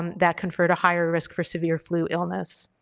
um that conferred a higher risk for severe flu illness.